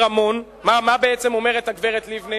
אתם